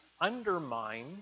undermine